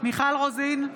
מיכל רוזין,